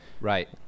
Right